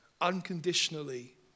unconditionally